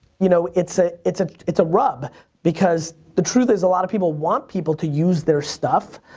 you know it's ah it's it's a rub because the truth is a lotta people want people to use their stuff.